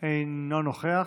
אינו נוכח.